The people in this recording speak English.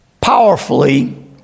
powerfully